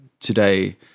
today